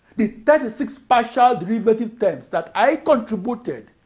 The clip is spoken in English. the thirty six partial derivative terms that i contributed